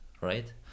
right